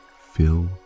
fill